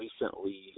recently